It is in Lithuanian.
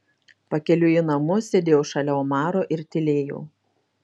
pakeliui į namus sėdėjau šalia omaro ir tylėjau